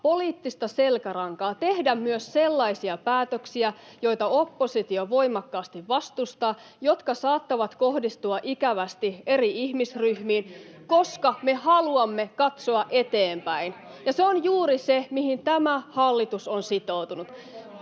poliittista selkärankaa tehdä myös sellaisia päätöksiä, joita oppositio voimakkaasti vastustaa, jotka saattavat kohdistua ikävästi eri ihmisryhmiin, koska me haluamme katsoa eteenpäin, ja se on juuri se, mihin tämä hallitus on sitoutunut.